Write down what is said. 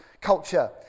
culture